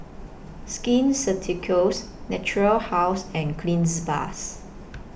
Skin Ceuticals Natura House and Cleanz Plus